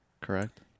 correct